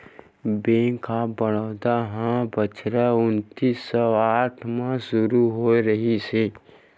bank of Baroda ह बछर उन्नीस सौ आठ म सुरू होए रिहिस हे